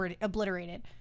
obliterated